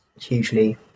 hugely